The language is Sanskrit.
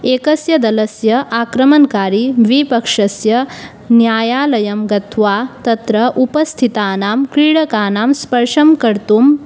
एकस्य दलस्य आक्रमणकारी द्विपक्षस्य न्यायालयं गत्वा तत्र उपस्थितानां क्रीडकानां स्पर्शं कर्तुं